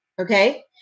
okay